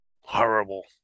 Horrible